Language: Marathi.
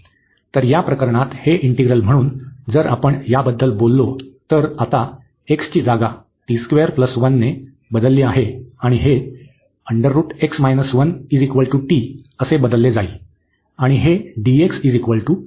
तर या प्रकरणात हे इंटिग्रल म्हणून जर आपण याबद्दल बोललो तर आता x ची जागा ने बदलली आहे आणि हे t असे बदलले जाईल आणि हे आहे